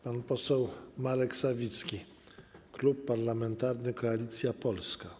Pan poseł Marek Sawicki, Klub Parlamentarny Koalicja Polska.